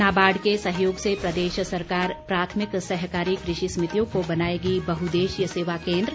नाबार्ड के सहयोग से प्रदेश सरकार प्राथमिक सहकारी कृषि समितियों को बनाएगी बहउद्देशीय सेवा केन्द्र